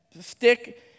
stick